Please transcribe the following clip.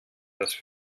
das